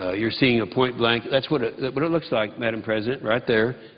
ah you're seeing a point-blank that's what ah what it looks like, madam president, right there.